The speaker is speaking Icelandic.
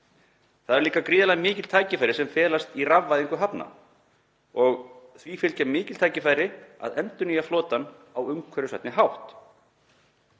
Það eru líka gríðarlega mikil tækifæri sem felast í rafvæðingu hafna og því fylgja mikil tækifæri að endurnýja flotann á umhverfisvænni hátt.